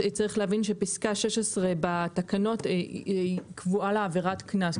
צריך להבין שפסקה (16) בתקנות קבועה לה עבירת קנס.